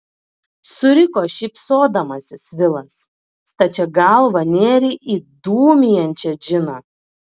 suriko šypsodamasis vilas stačia galva nėrei į dūmijančią džiną